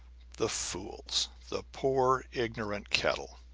the fools! the poor, ignorant cattle!